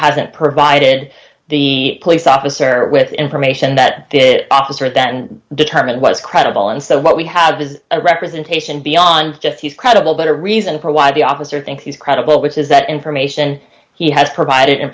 hasn't provided the police officer with information that the opposite that determine what's credible and so what we have is a representation beyond just he's credible but a reason for why the officer thinks he's credible which is that information he has provided